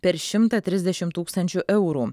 per šimtą trisdešim tūkstančių eurų